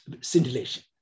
scintillation